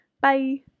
bye